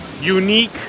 Unique